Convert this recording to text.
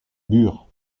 bur